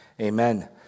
amen